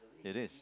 it is